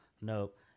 Nope